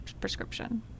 prescription